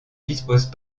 dispose